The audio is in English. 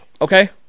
okay